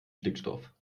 stickstoff